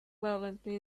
violently